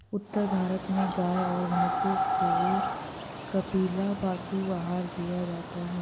उत्तर भारत में गाय और भैंसों को कपिला पशु आहार दिया जाता है